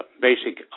basic